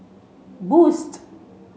boost